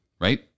right